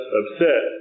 upset